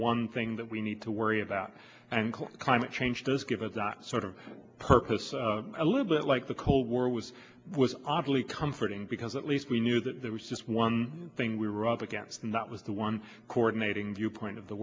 one thing that we need to worry about and climate change does give us that sort of purpose a little bit like the cold war was was oddly comforting because at least we knew that there was just one thing we were up against and that was the one coordinating viewpoint of the